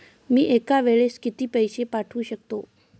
मी एका वेळेस किती पैसे पाठवू शकतो?